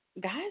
Guys